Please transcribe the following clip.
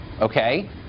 Okay